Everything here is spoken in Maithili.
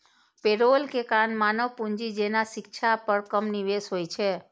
पेरोल के कारण मानव पूंजी जेना शिक्षा पर कम निवेश होइ छै